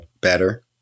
better